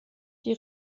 die